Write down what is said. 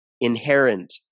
inherent